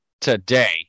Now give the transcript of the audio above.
today